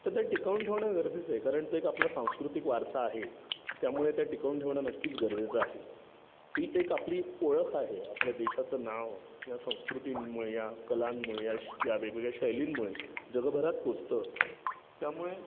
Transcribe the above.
तर ते टिकवून ठेवणं गरजेचं आहे कारण तो एक आपला सांस्कृतिक वारसा आहे त्यामुळे त्या टिकवून ठेवणं नक्कीच गरजेचं आहे ती एक आपली ओळख आहे आपल्या देशाचं नाव या संस्कृतींमुळे या कलांमुळे या श् या वेगवेगळ्या शैलींमुळे जगभरात पोचतं त्यामुळे